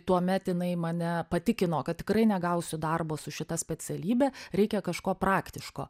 tuomet jinai mane patikino kad tikrai negausiu darbo su šita specialybe reikia kažko praktiško